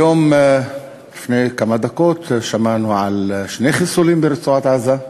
היום לפני כמה דקות שמענו על שני חיסולים ברצועת-עזה,